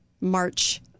March